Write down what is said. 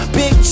big